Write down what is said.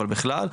אבל בכלל,